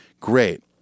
Great